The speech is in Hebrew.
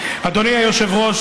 היושב-ראש,